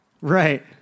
Right